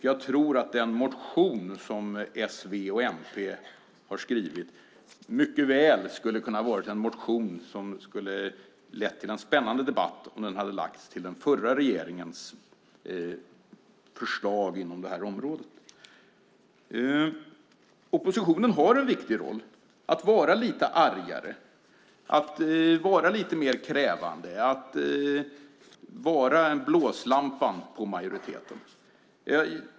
Jag tror också att den motion som s, v och mp har skrivit mycket väl skulle kunna ha lett till en spännande debatt om motionen hade lagts till förra regeringens förslag inom området. Oppositionen har en viktig roll i att vara lite argare, att vara lite mer krävande och att vara en blåslampa på majoriteten.